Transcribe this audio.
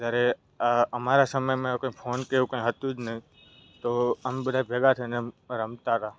જ્યારે અમારા સમયમાં એવું કાંઈ ફોન કે એવું કાંઈ હતું જ નહીં તો અમે બધાય ભેગા થઈને એમ રમતા હતા